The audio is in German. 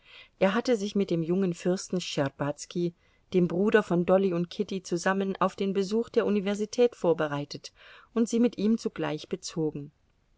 er hatte sich mit dem jungen fürsten schtscherbazki dem bruder von dolly und kitty zusammen auf den besuch der universität vorbereitet und sie mit ihm zugleich bezogen